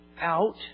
out